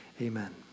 amen